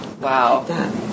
Wow